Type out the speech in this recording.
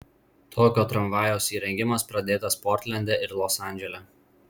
tokio tramvajaus įrengimas pradėtas portlende ir los andžele